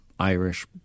Irish